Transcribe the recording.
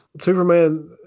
Superman